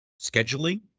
scheduling